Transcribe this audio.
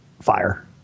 Fire